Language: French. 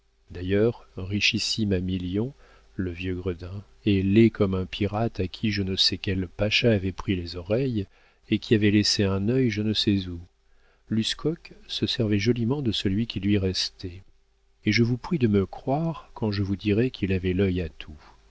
d'ailleurs richissime à millions le vieux gredin et laid comme un pirate à qui je ne sais quel pacha avait pris les oreilles et qui avait laissé un œil je ne sais où l'uscoque se servait joliment de celui qui lui restait et je vous prie de me croire quand je vous dirai qu'il avait l'œil à tout